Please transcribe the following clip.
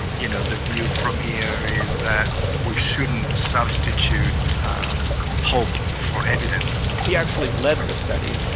you know, the view from here is that we shouldn't substitute um hope for evidence he actually led the study,